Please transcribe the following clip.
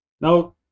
now